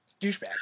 douchebag